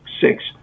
six